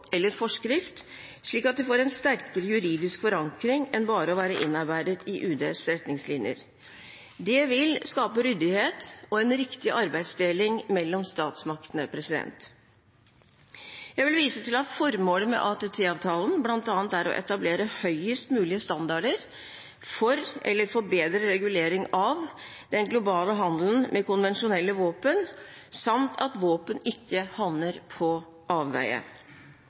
eller forskrift, slik at det får en sterkere juridisk forankring enn bare å være innarbeidet i UDs retningslinjer. Det vil skape ryddighet og en riktig arbeidsdeling mellom statsmaktene. Jeg vil vise til at formålet med ATT-avtalen bl.a. er å etablere høyest mulige standarder for, eller forbedre regulering av, den globale handelen med konvensjonelle våpen, samt at våpen ikke havner på avveie.